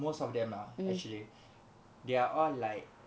most of them lah actually they are all like